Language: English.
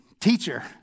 teacher